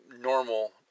normal